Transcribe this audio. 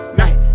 night